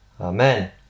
Amen